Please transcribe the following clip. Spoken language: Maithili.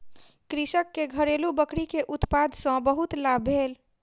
कृषक के घरेलु बकरी के उत्पाद सॅ बहुत लाभ भेल